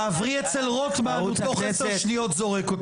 תעברי אצל רוטמן הוא תוך 10 שניות זורק אותך.